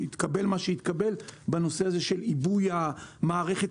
והתקבל מה שהתקבל בנושא של עיבוי המערכת